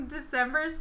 December